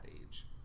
age